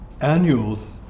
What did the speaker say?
Annuals